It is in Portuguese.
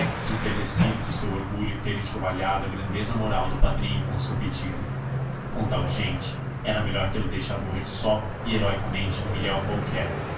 de ter descido do seu orgulho e ter enxovalhado a grandeza moral do padrinho com o seu pedido com tal gente era melhor tê-lo deixado morrer só e heroicamente num ilhéu qualquer